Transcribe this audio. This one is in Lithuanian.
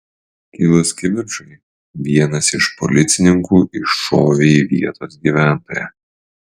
kilus kivirčui vienas iš policininkų iššovė į vietos gyventoją